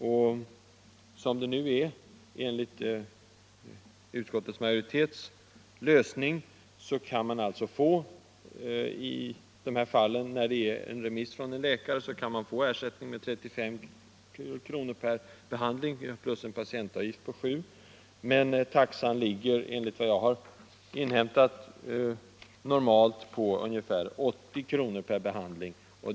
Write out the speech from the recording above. Enligt den lösning som utskottsmajoriteten föreslår kan man alltså i dessa fall, där det finns en remiss från en läkare, få ersättning med 35 kr. per behandling plus en patientavgift på 7 kr. Men den verkliga kostnaden ligger, enligt vad jag har inhämtat, normalt på ungefär 80 kr. per behandling.